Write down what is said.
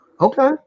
Okay